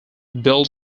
built